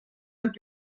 und